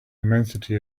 immensity